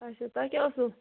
اچھا تۄہہِ کیٚاہ اوسوٕ